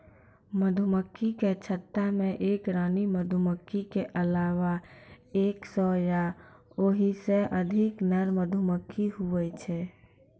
मधुमक्खी के छत्ता मे एक रानी मधुमक्खी के अलावा एक सै या ओहिसे अधिक नर मधुमक्खी हुवै छै